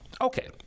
Okay